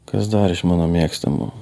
kas dar iš mano mėgstamų